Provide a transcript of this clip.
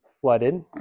flooded